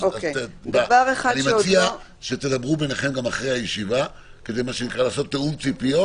אני מציע שתדברו ביניכם גם אחרי הישיבה כדי לעשות תיאום ציפיות.